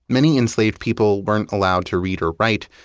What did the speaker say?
many enslaved people weren't allowed to read or write,